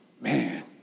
Man